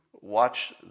watch